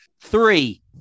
three